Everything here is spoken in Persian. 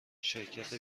شرکت